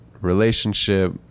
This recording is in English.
relationship